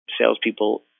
salespeople